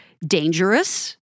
dangerous